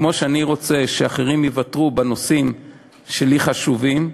וכמו שאני רוצה שאחרים יוותרו בנושאים שחשובים לי,